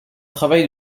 travail